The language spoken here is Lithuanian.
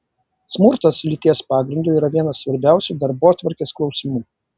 smurtas lyties pagrindu yra vienas svarbiausių darbotvarkės klausimų